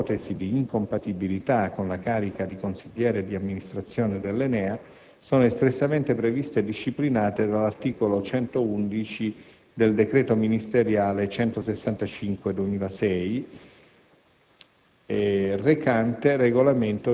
Al riguardo, si fa osservare che le ipotesi di incompatibilità con la carica di consigliere d'amministrazione dell'ENEA sono espressamente previste e disciplinate dall'articolo 111 del decreto ministeriale n. 165 del 2006,